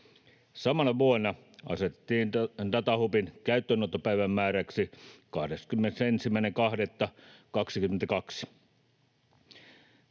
Samana vuonna asetettiin datahubin käyttöönottopäivämääräksi 21.2.22.